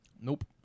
Nope